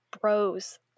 bros